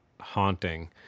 haunting